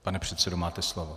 Pane předsedo, máte slovo.